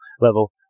level